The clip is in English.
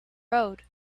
road